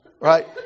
Right